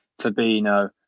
Fabinho